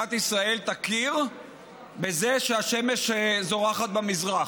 שמדינת ישראל תכיר בזה שהשמש זורחת במזרח.